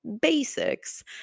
basics